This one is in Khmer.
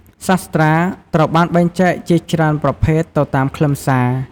សាស្ត្រាត្រូវបានបែងចែកជាច្រើនប្រភេទទៅតាមខ្លឹមសារ។